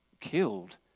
killed